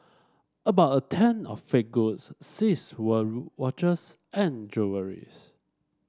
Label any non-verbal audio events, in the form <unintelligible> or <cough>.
about a tenth of fake goods seized were <unintelligible> watches and jewellries